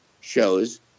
shows